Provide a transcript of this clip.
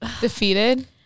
Defeated